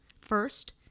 First